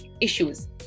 issues